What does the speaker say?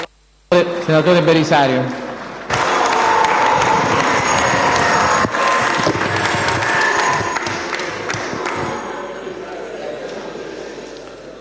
senatore Belisario.